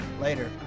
Later